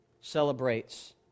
celebrates